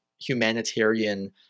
Humanitarian